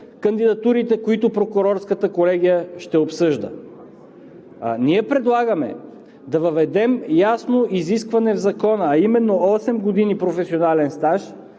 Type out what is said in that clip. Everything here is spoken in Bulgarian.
кандидатурите, които прокурорската колегия ще обсъжда? Ние предлагаме да въведем ясно изискване в Закона, а именно – осем години професионален стаж.